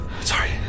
Sorry